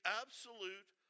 absolute